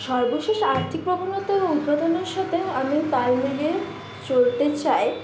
সর্বশেষ আর্থিক প্রবণতার উপাদানের সাথে আমি তাল মিলিয়ে চলতে চাই